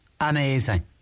amazing